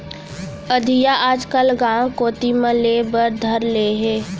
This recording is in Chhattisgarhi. अधिया आजकल गॉंव कोती म लेय बर धर ले हें